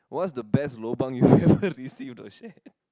what's the best lobang you've ever recieved oh shit